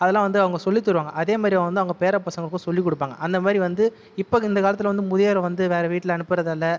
அதலாம் வந்து அவங்க சொல்லித் தருவாங்க அதே மாதிரி அவங்க வந்து அவங்க பேர பசங்களுக்கும் சொல்லிக் கொடுப்பாங்க அந்த மாதிரி வந்து இப்போ இந்தக்காலத்தில் வந்து முதியோரை வந்து வேறு வீட்டில் அனுப்புறதால்